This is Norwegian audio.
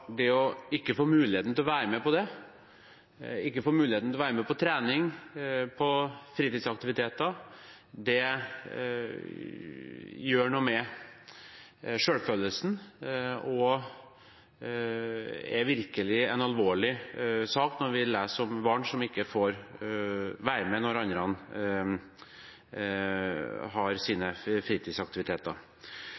Det å ikke få muligheten til å være med på det – ikke få muligheten til å være med på trening eller på fritidsaktiviteter – gjør noe med selvfølelsen, og det er virkelig en alvorlig sak når vi leser om barn som ikke får være med når de andre har sine